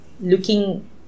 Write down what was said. looking